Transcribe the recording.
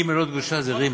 גימ"ל לא דגושה זה ע'.